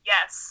Yes